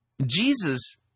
Jesus